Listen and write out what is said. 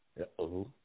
Uh-oh